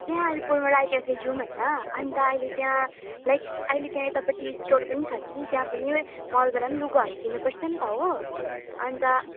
त्यहीँ अलिपुरमा राई केफे जाऊँ होइन अन्त अहिले त्यहाँ लाइक अहिले त्यहाँ यतापट्टि स्टोर पनि छ कि त्यहाँ पनि मलबाट नि लुगाहरू पनि किन्नुपर्छ नि त हो अन्त